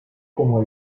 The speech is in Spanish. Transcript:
como